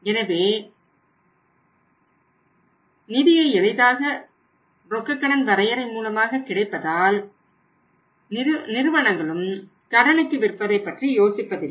எனவே நிதி எளிதாக ரொக்க கடன் வரையறை மூலமாக கிடைப்பதால் நிறுவனங்களும் கடனுக்கு விற்பதை பற்றி யோசிப்பதில்லை